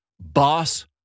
boss